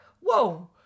Whoa